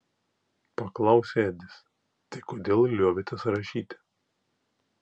paklausė edis tai kodėl liovėtės rašyti